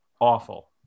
awful